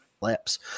laps